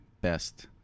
best